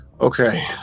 Okay